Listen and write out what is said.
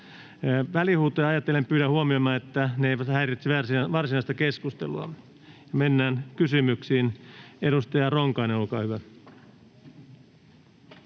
Välihuutoja ajatellen pyydän huomioimaan, että ne eivät häiritse varsinaista keskustelua. Mennään kysymyksiin. Edustaja Ronkainen, olkaa hyvä.